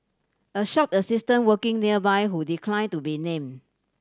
a shop assistant working nearby who decline to be name